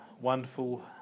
wonderful